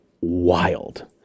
wild